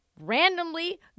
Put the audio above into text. randomly